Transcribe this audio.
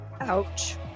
Ouch